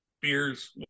beers